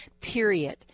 period